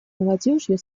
молодежью